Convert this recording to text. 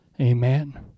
amen